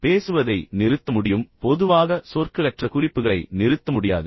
பேசுவதை நிறுத்த முடியும் ஆனால் பொதுவாக சொற்களற்ற குறிப்புகளை நிறுத்த முடியாது